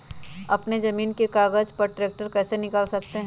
अपने जमीन के कागज पर ट्रैक्टर कैसे निकाल सकते है?